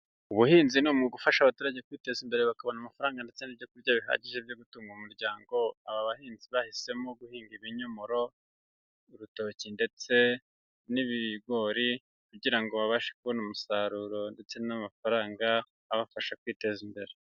Ubuhinzi ni umwuga ufasha abaturage kwiteza imbere bakabona amafaranga ndetse n'ibyo kurya bihagije byo gutunga umuryango, aba bahinzi bahisemo guhinga ibinyomoro, urutoki ndetse n'ibigori, kugira ngo babashe kubona umusaruro, ndetse n'amafaranga abafasha kwiteza imbere.